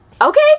Okay